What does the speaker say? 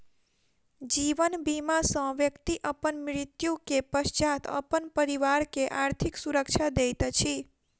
जीवन बीमा सॅ व्यक्ति अपन मृत्यु के पश्चात अपन परिवार के आर्थिक सुरक्षा दैत अछि